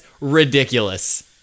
ridiculous